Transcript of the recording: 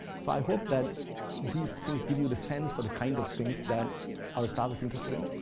so, i hope that these things give you the sense for the kind of things that our staff was interested in.